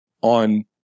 on